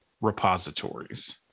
repositories